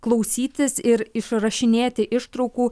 klausytis ir išrašinėti ištraukų